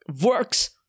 Works